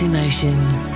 Emotions